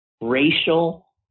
Racial